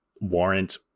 warrant